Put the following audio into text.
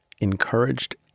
encouraged